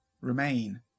remain